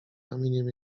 ramieniem